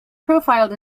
profiled